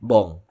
Bong